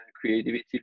creativity